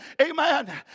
Amen